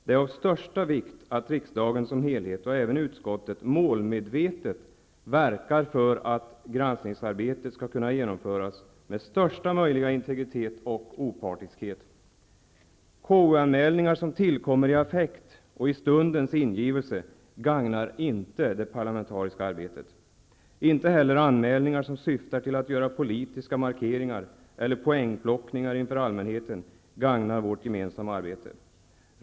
Det är av största vikt att riksdagen som helhet, och även utskottet, målmedvetet verkar för att granskningsarbetet skall kunna genomföras med största möjliga integritet och opartiskhet. KU anmälningar som tillkommer i affekt och i stundens ingivelse gagnar inte det parlamentariska arbetet. Inte heller anmälningar som syftar till att göra politiska markeringar, eller poängplockningar inför allmänheten, gagnar vårt gemensamma arbete.